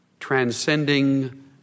transcending